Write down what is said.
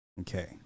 okay